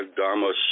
Dharma